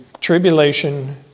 tribulation